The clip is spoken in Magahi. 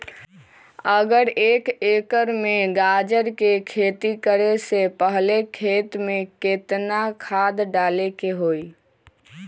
अगर एक एकर में गाजर के खेती करे से पहले खेत में केतना खाद्य डाले के होई?